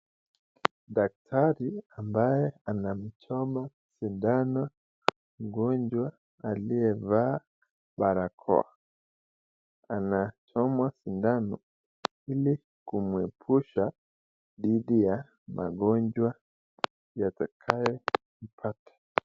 Daktari ambaye anamchoma shindano mgonjwa aliyevaa barakoa. Anamchoma shindano ili kumwepusha dhidi ya magonjwa yatakayo mpata.